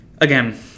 again